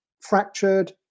fractured